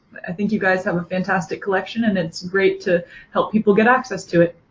i think you guys have a fantastic collection and it's great to help people get access to it.